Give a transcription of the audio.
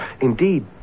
Indeed